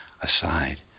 aside